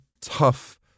tough